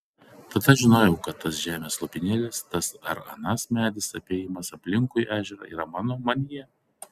tada žinojau kad tas žemės lopinėlis tas ar anas medis apėjimas aplinkui ežerą yra mano manyje